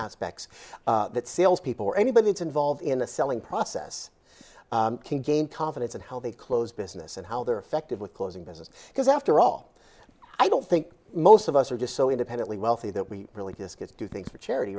aspects that salespeople or anybody involved in the selling process can gain confidence in how they close business and how they're affected with closing business because after all i don't think most of us are just so independently wealthy that we really just get to do things for charity